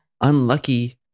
Unlucky